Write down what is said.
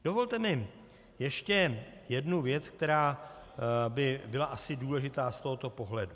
Dovolte mi ještě jednu věc, která by byla asi důležitá z tohoto pohledu.